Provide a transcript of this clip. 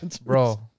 bro